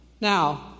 Now